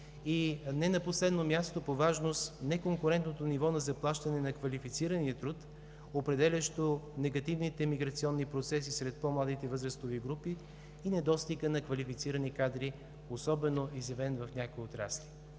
не на последно място по важност – неконкурентното ниво на заплащане на квалифицирания труд, определящо негативните миграционни процеси сред по-младите възрастови групи и недостигът на квалифицирани кадри, особено изявен в някои отрасли.